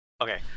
Okay